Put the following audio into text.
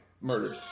Murdered